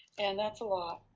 and that's a lot,